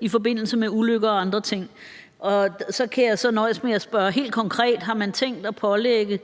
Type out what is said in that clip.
i forbindelse med ulykker og andre ting. Og så kan jeg nøjes med at spørge helt konkret: Har man tænkt at pålægge